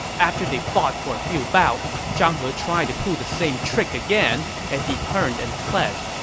after they fought for a few bouts, zhang he tried to pull the same trick again as he turned and fled.